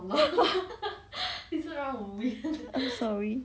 err sorry